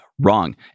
wrong